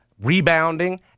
rebounding